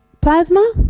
plasma